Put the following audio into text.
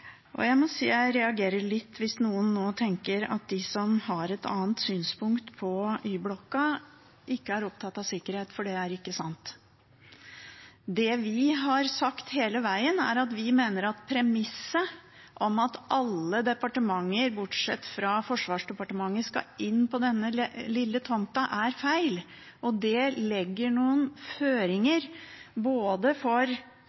Jeg reagerer litt hvis noen nå tenker at de som har et annet synspunkt på Y-blokka, ikke er opptatt av sikkerhet, for det er ikke sant. Det vi har sagt hele veien, er at premisset om at alle departementer, bortsett fra Forsvarsdepartementet, skal inn på denne lille tomta, er feil. Det legger noen føringer for